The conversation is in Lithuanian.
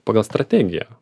pagal strategiją